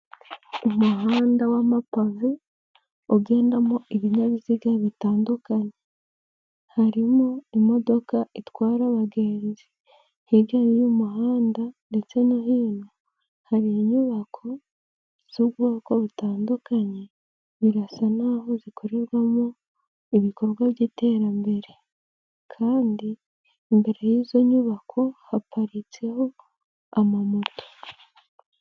Umuhanda w'amapave ugendamo ibinyabiziga bitandukanye, harimo imodoka itwara abagenzi, hirya y'uwo muhanda ndetse no hino hari inyubako z'ubwoko butandukanye birasa nk'aho zikorerwamo ibikorwa by'iterambere, kandi imbere y'izo nyubako haparitseho ama moto.